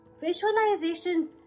visualization